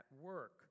work